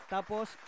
Tapos